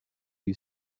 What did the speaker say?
you